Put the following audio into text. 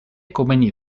komeni